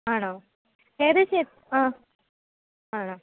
ആണോ ഏകദേശമേ ആ ആണോ